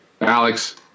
Alex